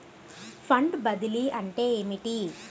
Fund బదిలీ అంటే ఏమిటి?